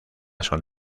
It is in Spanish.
son